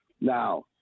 Now